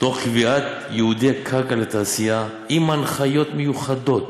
תוך קביעת ייעודי קרקע לתעשייה, עם הנחיות מיוחדות